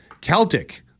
Celtic